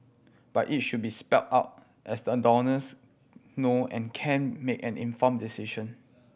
but it should be spelled out as that donors know and can make an informed decision